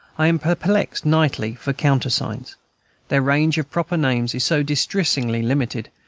i am perplexed nightly for countersigns their range of proper names is so distressingly limited,